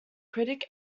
critic